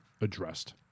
addressed